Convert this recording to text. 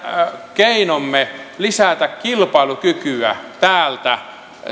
keinomme lisätä kilpailukykyä täältä